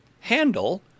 handle